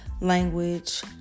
language